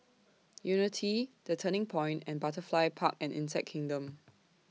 Unity The Turning Point and Butterfly Park and Insect Kingdom